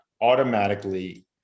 automatically